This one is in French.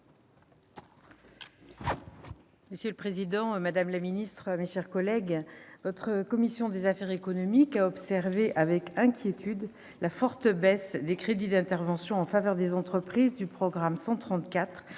Monsieur le président, madame la secrétaire d'État, mes chers collègues, la commission des affaires économiques a observé avec inquiétude la forte baisse des crédits d'interventions en faveur des entreprises du programme 134